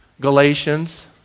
Galatians